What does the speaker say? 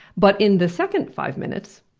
but in the second five minutes,